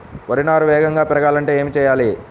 వరి నారు వేగంగా పెరగాలంటే ఏమి చెయ్యాలి?